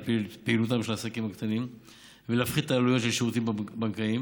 פעילותם של העסקים הקטנים ולהפחית את העלויות של שירותים בנקאיים,